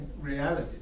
reality